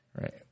right